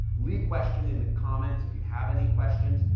leave question in the comments if you have any questions.